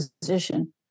position